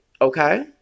Okay